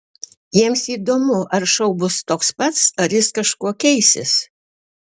jiems įdomu ar šou bus toks pats ar jis kažkuo keisis